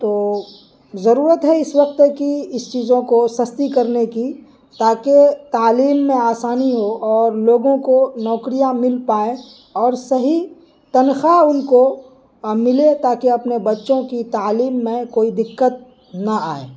تو ضرورت ہے اس وقت کی اس چیزوں کو سستی کرنے کی تاکہ تعلیم میں آسانی ہو اور لوگوں کو نوکریاں مل پائیں اور صحیح تنخواہ ان کو ملے تاکہ اپنے بچوں کی تعلیم میں کوئی دقت نہ آئے